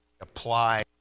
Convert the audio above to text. apply